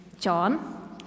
John